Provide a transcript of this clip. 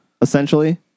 essentially